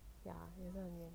ya